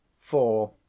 four